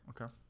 Okay